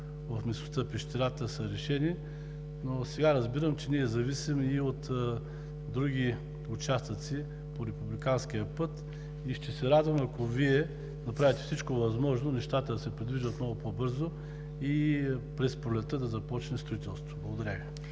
в местността „Пещерата“ са решени, но сега разбирам, че ние зависим и от други участъци по републиканския път. Ще се радвам, ако Вие направите всичко възможно нещата да се придвижват много по-бързо и през пролетта да започне строителството. Благодаря